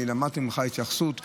אני למדתי ממך מהי התייחסות גם,